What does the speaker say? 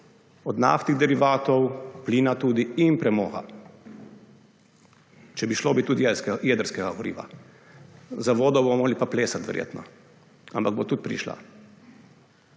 od naftnih derivatov, plina tudi in premoga. Če bi šlo, bi tudi jedrskega goriva. Za vodo bomo morali pa plesati verjetno, ampak bo tudi prišla.